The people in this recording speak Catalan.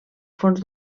fons